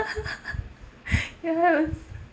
ya I was